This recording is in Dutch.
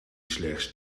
slechts